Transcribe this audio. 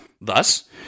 Thus